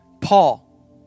Paul